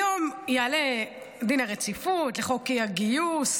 היום יעלה דין הרציפות לחוק האי-גיוס,